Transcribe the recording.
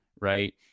right